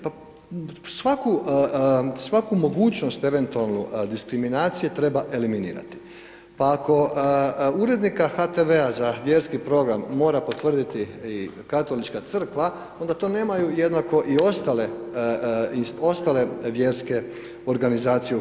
Pa svaku mogućnost eventualno distiminacije treba eliminirati, pa ako urednika HTV-a za vjerski program mora potvrditi i Katolička crkva, onda to nemaju jednako i ostale vjerske organizacije u RH.